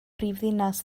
brifddinas